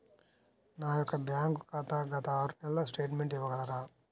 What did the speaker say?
నా యొక్క బ్యాంక్ ఖాతా గత ఆరు నెలల స్టేట్మెంట్ ఇవ్వగలరా?